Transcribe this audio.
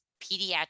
pediatric